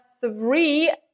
three